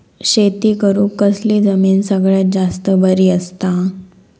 शेती करुक कसली जमीन सगळ्यात जास्त बरी असता?